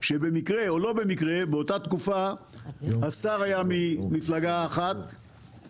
שבמקרה או לא במקרה באותה תקופה השר היה ראש מפלגה אחת,